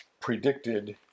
predicted